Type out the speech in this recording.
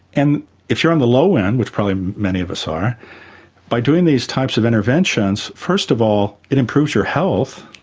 and if you're on the low end which probably many of us are by doing these types of interventions first of all it improves your health